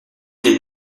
des